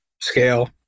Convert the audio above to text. Scale